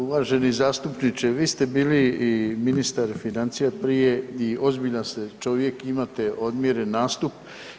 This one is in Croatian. Uvaženi zastupniče, vi ste bili i ministar financija prije i ozbiljan ste čovjek i imate odmjeren nastup.